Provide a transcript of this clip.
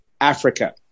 Africa